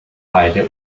heide